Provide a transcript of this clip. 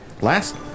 last